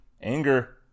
Anger